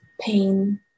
pain